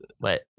Wait